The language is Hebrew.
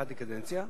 חצי קדנציה.